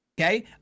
okay